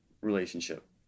relationship